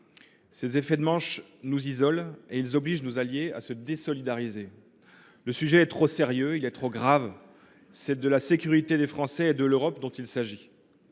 Ces effets de manche nous isolent et ils obligent nos alliés à se désolidariser. Le sujet est trop sérieux et trop grave : c’est de la sécurité des Français et de l’Europe qu’il s’agit.